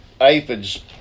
aphids